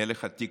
מלך הטיקטוק,